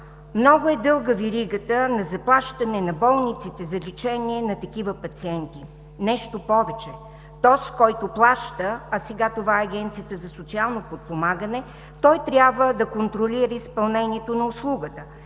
много е дълга веригата на заплащане на болниците за лечение на такива пациенти. Нещо повече. Този, който плаща, а сега това е Агенцията за социално подпомагане, трябва да контролира изпълнението на услугата.